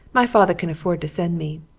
my father can afford to send me.